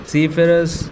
Seafarers